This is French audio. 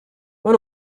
moi